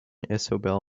isobel